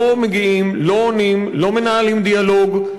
לא מגיעים, לא עונים, לא מנהלים דיאלוג.